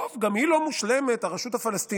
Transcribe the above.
טוב, גם היא לא מושלמת, הרשות הפלסטינית.